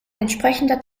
entsprechender